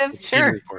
Sure